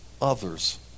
others